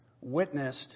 witnessed